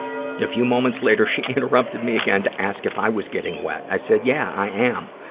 a few moments later, she interrupted me again to ask if i was getting wet. i said, yeah, i am.